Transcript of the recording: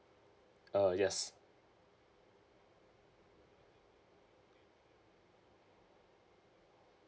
uh yes